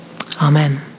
amen